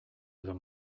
edo